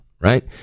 right